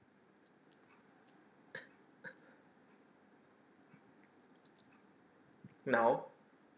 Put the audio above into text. now